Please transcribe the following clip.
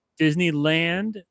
Disneyland